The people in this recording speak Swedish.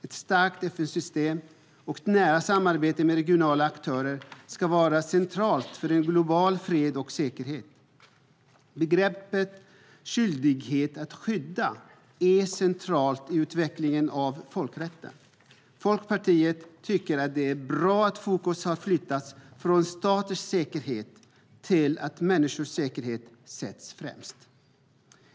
Ett starkt FN-system och ett nära samarbete med regionala aktörer ska vara centralt för en global fred och säkerhet. Begreppet skyldighet att skydda är centralt i utvecklingen av folkrätten. Folkpartiet tycker att det är bra att fokus har flyttats från staters säkerhet till att människors säkerhet sätts främst.